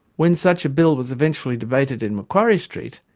when such a bill was eventually debated in macquarie street,